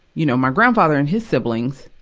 you know, my grandfather and his siblings,